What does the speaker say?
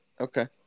Okay